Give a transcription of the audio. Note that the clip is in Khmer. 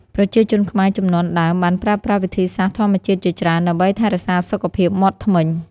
ប្រជាជនខ្មែរជំនាន់ដើមបានប្រើប្រាស់វិធីសាស្រ្តធម្មជាតិជាច្រើន ដើម្បីថែរក្សាសុខភាពមាត់ធ្មេញ។